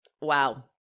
Wow